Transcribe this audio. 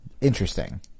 Interesting